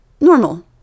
normal